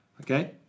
Okay